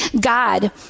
God